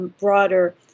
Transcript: broader